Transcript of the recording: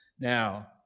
Now